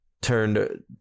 turned